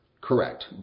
Correct